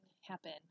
happen